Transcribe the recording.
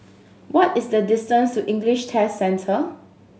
what is the distance to English Test Centre